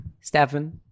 Stefan